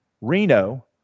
Reno